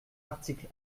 article